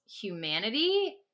humanity